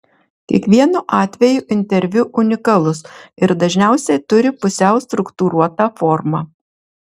kiekvienu atveju interviu unikalus ir dažniausiai turi pusiau struktūruotą formą